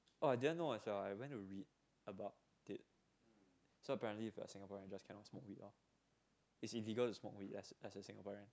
orh i didn't know as well I went to read about it so apparently if you're singaporean you just cannot smoke weed orh it's illegal to smoke weed as a singaporean